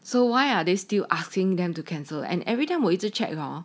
so why are they still asking them to cancel and everytime 我一直 check lor